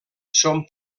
són